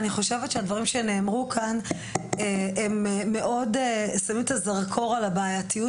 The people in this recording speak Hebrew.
אני חושבת שהדברים שנאמרו כאן הם מאוד שמים את הזרקור על הבעייתיות